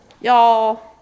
y'all